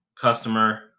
customer